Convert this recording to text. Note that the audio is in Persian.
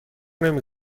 نمی